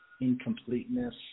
incompleteness